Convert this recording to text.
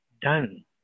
done